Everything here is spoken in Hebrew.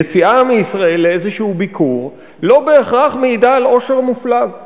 יציאה מישראל לאיזשהו ביקור לא בהכרח מעידה על עושר מופלג.